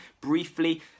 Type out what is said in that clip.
briefly